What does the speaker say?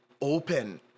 open